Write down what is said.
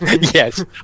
Yes